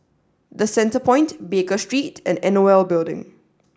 the Centrepoint Baker Street and N O L Building